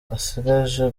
asigaje